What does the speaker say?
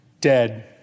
dead